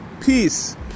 peace